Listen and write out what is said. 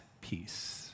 peace